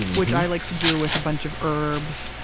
which i like to do with a bunch of herbs.